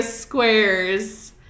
squares